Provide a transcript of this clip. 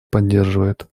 поддерживает